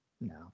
No